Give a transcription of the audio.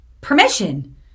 permission